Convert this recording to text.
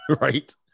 right